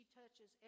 touches